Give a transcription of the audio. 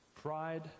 Pride